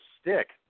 stick